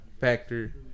factor